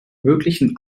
möglichen